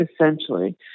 essentially